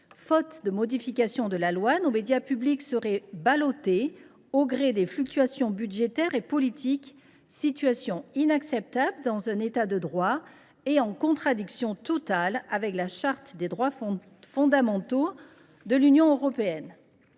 Faute de modification de la loi, nos médias publics seraient ballottés, au gré des fluctuations budgétaires et politiques, situation inacceptable dans un État de droit et en contradiction totale avec la Charte des droits fondamentaux de l’Union européenne.